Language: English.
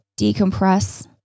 decompress